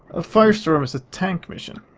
ah firestorm is the tank mission!